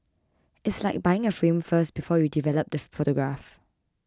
it's like buying a frame first before you develop the photograph